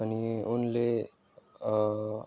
अनि उनले